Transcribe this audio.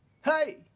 Hey